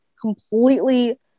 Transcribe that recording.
completely